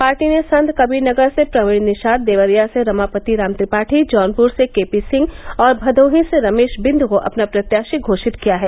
party ने संतकबीरनगर से प्रवीण निषाद देवरिया से रमापति राम त्रिपाठी जौनपुर से केपी सिंह और भदोही से रमेश बिन्द को अपना प्रत्याशी घोषित किया है